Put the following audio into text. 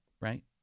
right